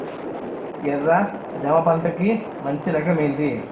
ఎర్ర జమ పంట కి మంచి రకం ఏంటి?